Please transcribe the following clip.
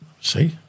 See